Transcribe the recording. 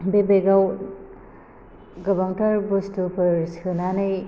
बे बेगाव गोबांथार बुस्तुफोर सोनानै